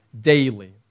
daily